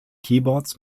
keyboards